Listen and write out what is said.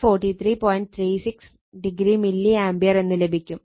36 o milli ampere എന്ന് ലഭിക്കും